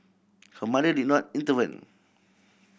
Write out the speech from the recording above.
her mother did not intervene